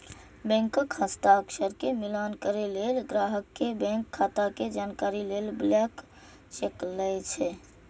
bank हस्ताक्षर के मिलान करै लेल, ग्राहक के बैंक खाता के जानकारी लेल ब्लैंक चेक लए छै